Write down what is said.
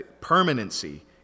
permanency